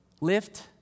Lift